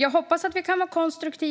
Jag hoppas att vi fortsättningsvis